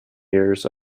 years